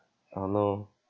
oh no